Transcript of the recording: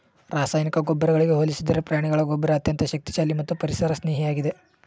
ರಾಸಾಯನಿಕ ಗೊಬ್ಬರಗಳಿಗೆ ಹೋಲಿಸಿದರೆ ಪ್ರಾಣಿಗಳ ಗೊಬ್ಬರ ಅತ್ಯಂತ ಶಕ್ತಿಶಾಲಿ ಮತ್ತು ಪರಿಸರ ಸ್ನೇಹಿಯಾಗಿದೆ